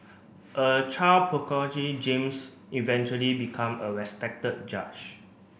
a child James eventually become a respected judge